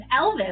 Elvis